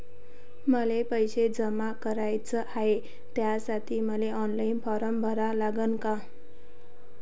मले पैसे जमा कराच हाय, त्यासाठी मले ऑनलाईन फारम भरा लागन का?